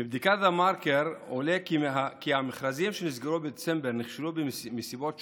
מבדיקת דה-מרקר עולה כי המכרזים שנסגרו בדצמבר נכשלו מסיבות שונות,